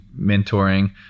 mentoring